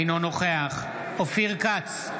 אינו נוכח אופיר כץ,